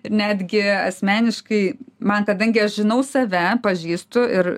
ir netgi asmeniškai man kadangi aš žinau save pažįstu ir